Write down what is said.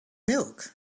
milk